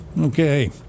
Okay